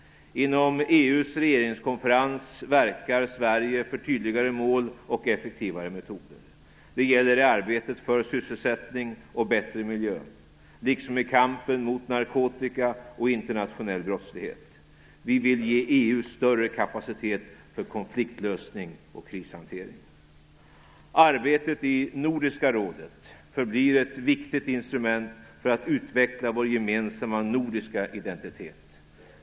Inom EU:s regeringskonferens verkar Sverige för tydligare mål och effektivare metoder. Det gäller i arbetet för sysselsättning och en bättre miljö, liksom i kampen mot narkotika och internationell brottslighet. Vi vill ge EU större kapacitet för konfliktlösning och krishantering. Arbetet i Nordiska rådet förblir ett viktigt instrument för att utveckla vår gemensamma nordiska identitet.